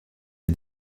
est